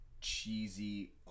cheesy